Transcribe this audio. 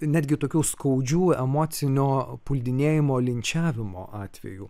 netgi tokių skaudžių emocinio puldinėjimo linčiavimo atvejų